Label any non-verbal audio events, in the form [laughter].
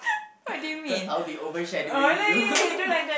[breath] cause I'll be overshadowing you [laughs]